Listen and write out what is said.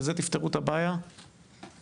בזה תפתרו את הבעיה מבחינתכם?